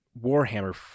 Warhammer